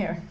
here